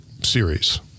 series